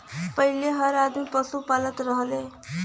पहिले हर आदमी पसु पालत रहल